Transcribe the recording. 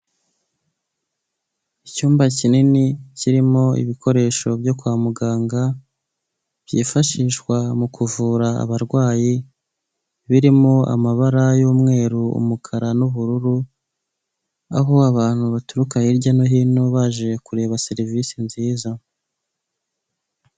Icyumba kinini kirimo ibikoresho byo kwa muganga, byifashishwa mu kuvura abarwayi birimo: amabara y'umweru, umukara, n'ubururu aho abantu baturuka hirya no hino baje kureba serivisi nziza.